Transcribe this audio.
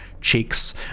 cheeks